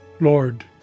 Lord